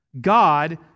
God